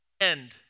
end